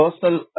personal